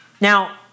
now